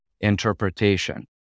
interpretation